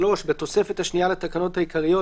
3. בתוספת השנייה לתקנות העיקריות,